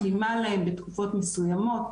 מתאימה להם בתקופות מסויימות,